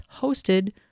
hosted